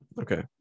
Okay